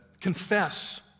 confess